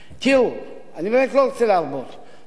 תראו, אני באמת לא רוצה להרבות מלים.